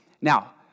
Now